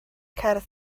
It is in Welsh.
cerdd